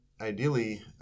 ideally